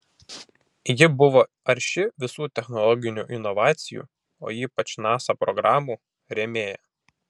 ji buvo arši visų technologinių inovacijų o ypač nasa programų rėmėja